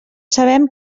sabem